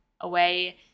away